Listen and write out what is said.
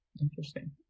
Interesting